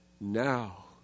Now